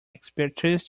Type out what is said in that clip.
expertise